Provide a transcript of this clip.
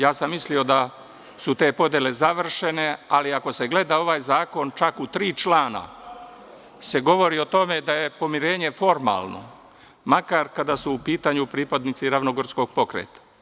Ja sam mislio da su te podele završene, ali ako se gleda ovaj zakon, čak u tri člana se govori o tome da je pomirenje formalno, makar kada su u pitanju pripadnici ravnogorskog pokreta.